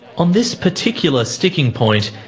on this particular sticking point,